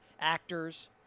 actors